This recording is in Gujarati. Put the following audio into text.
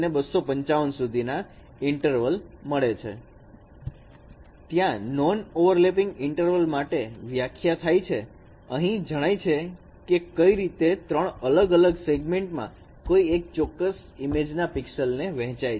Intervals06061119120255 બ્લુ ગ્રીન અને યેલ્લો ત્યાં નોન ઓવરલેપપિંગ ઇન્ટરવલ માટે વ્યાખ્યા છે અને અહીં જણાય છે કે કઈ રીતે ત્રણ અલગ અલગ સેગમેન્ટમાં કોઈ એક ચોક્કસ ઈમેજના pixel ને વહેંચાય છે